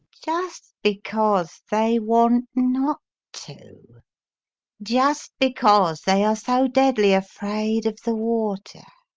just because they want not to just because they are so deadly afraid of the water.